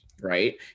Right